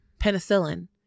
penicillin